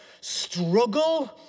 struggle